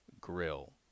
grill